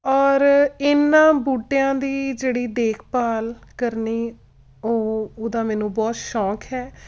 ਔਰ ਇਹਨਾਂ ਬੂਟਿਆਂ ਦੀ ਜਿਹੜੀ ਦੇਖਭਾਲ ਕਰਨੀ ਉਹ ਉਹਦਾ ਮੈਨੂੰ ਬਹੁਤ ਸ਼ੌਕ ਹੈ